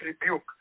rebuke